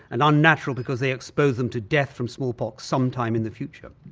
and unnatural because they expose them to death from smallpox some time in the future.